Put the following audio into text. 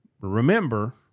Remember